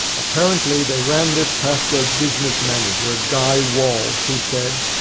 apparently, they ran this past their business manager, guy wall, who said,